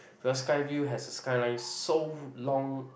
because Skyview has a skyline so long